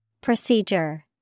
Procedure